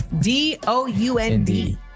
D-O-U-N-D